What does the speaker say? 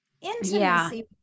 intimacy